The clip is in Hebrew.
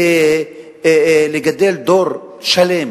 ולגדל דור שלם